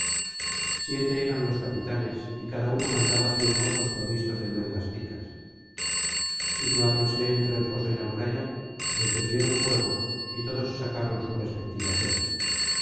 siete eran los capitanes y cada uno mandaba cien mozos provistos de luengas picas situáronse entre el foso y la muralla encendieron fuego y todos sacaron su respectiva cena